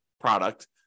product